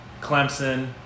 Clemson